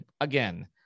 again